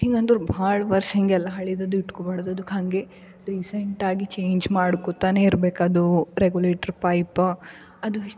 ಹಿಂಗಂದ್ರೆ ಭಾಳ ವರ್ಷ ಹಿಂಗೆಲ್ಲ ಹಳೇದದು ಇಟ್ಕೊಬಾಡ್ದದು ಅದುಕ್ಕಂಗೆ ರಿಸೆಂಟಾಗಿ ಚೇಂಜ್ ಮಾಡ್ಕೊತಾನೆ ಇರ್ಬೇಕದು ರೆಗ್ಯುಲೇಟ್ರ್ ಪೈಪ್ ಅದು ಇಷ್ಟ್